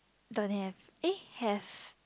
don't have eh have